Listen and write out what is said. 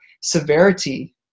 severity